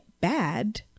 bad